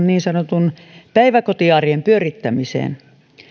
niin sanotun päiväkotiarjen pyörittämiseen